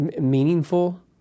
meaningful